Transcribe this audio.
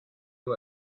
you